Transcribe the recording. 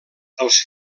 els